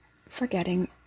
forgetting